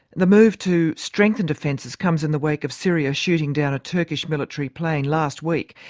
the move to strengthen defences comes in the wake of syria shooting down a turkish military plane last week,